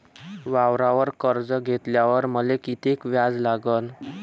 वावरावर कर्ज घेतल्यावर मले कितीक व्याज लागन?